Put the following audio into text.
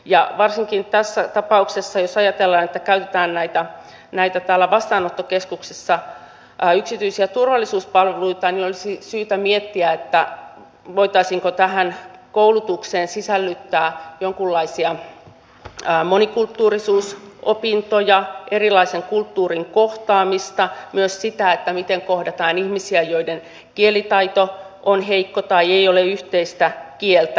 ja varsinkin tässä tapauksessa jos ajatellaan että käytetään vastaanottokeskuksissa näitä yksityisiä turvallisuuspalveluita olisi syytä miettiä voitaisiinko tähän koulutukseen sisällyttää jonkunlaisia monikulttuurisuusopintoja erilaisen kulttuurin kohtaamista myös sitä miten kohdataan ihmisiä joiden kielitaito on heikko tai joiden kanssa ei ole yhteistä kieltä